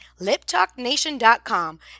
liptalknation.com